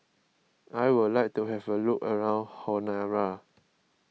I would like to have a look around Honiara